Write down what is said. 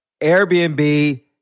Airbnb